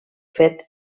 fet